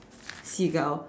seagull